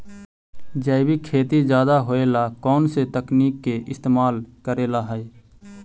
जैविक खेती ज्यादा होये ला कौन से तकनीक के इस्तेमाल करेला हई?